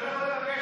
לא, לא.